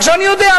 עכשיו אני יודע,